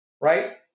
right